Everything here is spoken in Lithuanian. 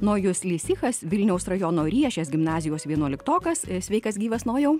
nojus lisichas vilniaus rajono riešės gimnazijos vienuoliktokas sveikas gyvas nojau